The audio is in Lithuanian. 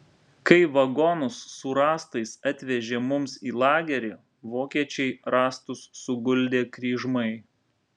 kai vagonus su rąstais atvežė mums į lagerį vokiečiai rąstus suguldė kryžmai